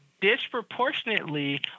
disproportionately